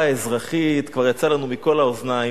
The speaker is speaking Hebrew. האזרחית כבר יצאה לנו מכל האוזניים,